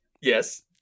Yes